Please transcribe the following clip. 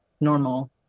normal